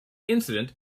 incident